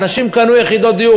אנשים קנו יחידות דיור.